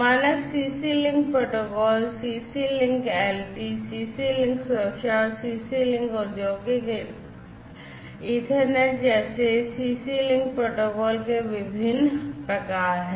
मानक CC link protocol CC link LT CC link सुरक्षा और CC link औद्योगिक ईथरनेट जैसे CC link प्रोटोकॉल के विभिन्न प्रकार हैं